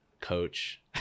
coach